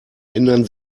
ändern